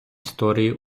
історії